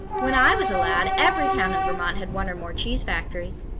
when i was a lad, every town in vermont had one or more cheese factories.